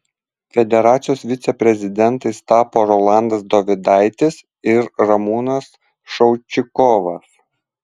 federacijos viceprezidentais tapo rolandas dovidaitis ir ramūnas šaučikovas